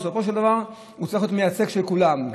בסופו של דבר צריך להיות מייצג של כולם,